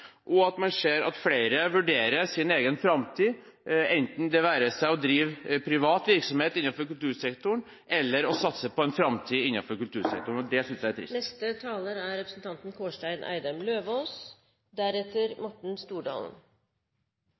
være seg å drive privat virksomhet innenfor kultursektoren eller å satse på en framtid innenfor kultursektoren. Det synes jeg er trist.